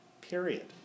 Period